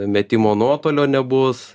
metimo nuotolio nebus